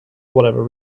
whatever